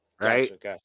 right